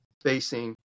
facing